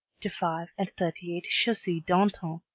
to five and thirty eight chaussee d'antin,